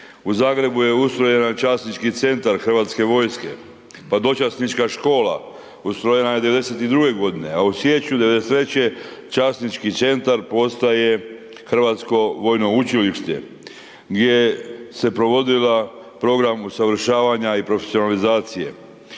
u Zagrebu je ustrojen Časnički centar hrvatske vojska pa dočasnička škola ustrojena je '92. g. a u siječnju '93. Časnički centar postaje Hrvatsko vojno učilište gdje se provodio program usavršavanja i profesionalizacije,